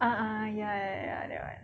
ah ya ya that [one]